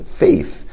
faith